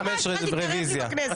מבקשת רוויזיה.